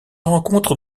rencontre